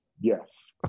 Yes